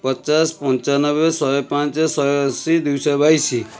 ପଚାଶ ପଞ୍ଚାନବେ ଶହେ ପାଞ୍ଚ ଶହେ ଅଶୀ ଦୁଇଶ ବାଇଶି